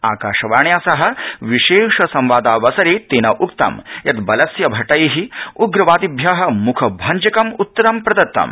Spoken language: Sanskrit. आकाशवाण्या सह विशेष संवादावसरे तेन उक्तं यत् बलस्य भटै उग्रवादिभ्य म्खभंजकम् उत्तरं प्रदत्तम्